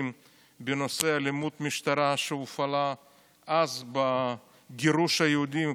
בנושא אלימות משטרה שהופעלה אז בגירוש היהודים,